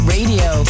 Radio